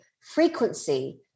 frequency